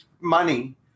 money